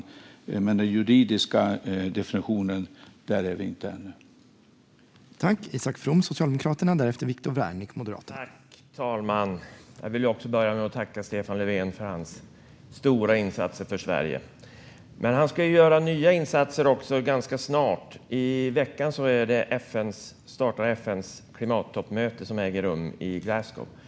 Men när det gäller den juridiska definitionen är vi inte ända framme än.